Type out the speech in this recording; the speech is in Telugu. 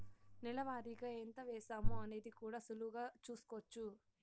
నెల వారిగా ఎంత వేశామో అనేది కూడా సులువుగా చూస్కోచ్చు